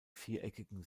viereckigen